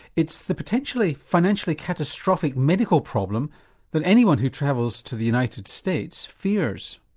it's the potentially financially catastrophic medical problem that anyone who travels to the united states fears.